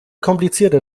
komplizierter